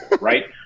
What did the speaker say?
right